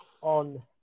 on